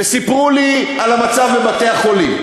וסיפרו לי על המצב בבתי-החולים,